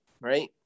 right